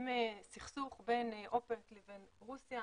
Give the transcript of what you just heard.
בסכסוך - עם רוסיה.